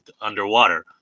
underwater